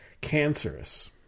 cancerous